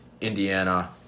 Indiana